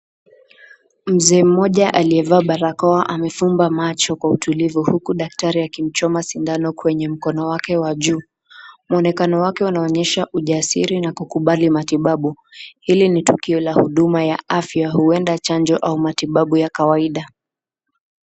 Mzee mmoja aliyevaa barakoa amefumba macho kwa utulivu huku daktari akimchoma sindano kwenye mkono wake wa juu. Mwonekano wale unaonyesha ujasiri na kukubali matibabu. Hili ni tukio la huduma ya afya huenda chanjo ama matibabu ya kawaida.